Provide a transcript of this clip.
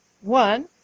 One